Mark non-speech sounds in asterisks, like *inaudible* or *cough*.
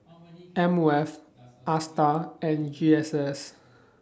*noise* M O F ASTAR and G S S